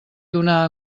donar